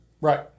Right